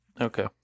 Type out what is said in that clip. Okay